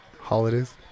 holidays